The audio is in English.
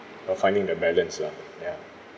uh finding the balance lah ya